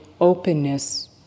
openness